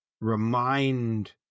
remind